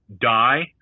Die